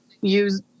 use